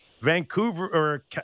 Vancouver